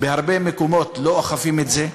בהרבה מקומות לא אוכפים את זה,